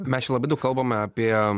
mes čia labai daug kalbame apie